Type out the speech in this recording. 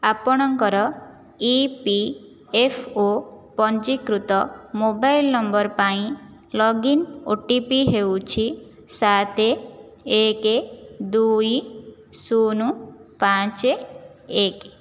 ଆପଣଙ୍କର E P F O ପଞ୍ଜୀକୃତ mobile number ପାଇଁ ଲଗଇନ୍ ଓ ଟି ପି ହେଉଛି ସାତ ଏକ ଦୁଇ ଶୂନ ପାଞ୍ଚ ଏକ